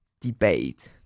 debate